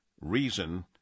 reason